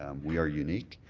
um we are unique.